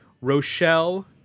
Rochelle